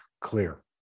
clear